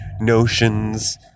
notions